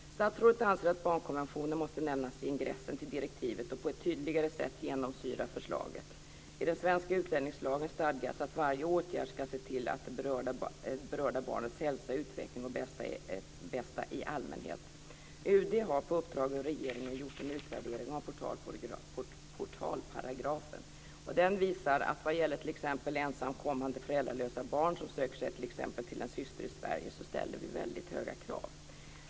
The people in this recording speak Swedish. Statsrådet anser att barnkonventionen måste nämnas i ingressen till direktivet och på ett tydligare sätt genomsyra förslaget. I den svenska utlänningslagen stadgas att varje åtgärd ska se till det berörda barnets hälsa, utveckling och bästa i allmänhet. UD har på uppdrag av regeringen gjort en utvärdering av portalparagrafen. Den visar att vad gäller t.ex. ensamkommande föräldralösa barn som söker sig till en syster i Sverige ställer vi väldigt höga krav.